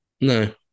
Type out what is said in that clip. No